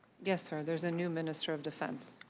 yes sir, there is a new minister of defense.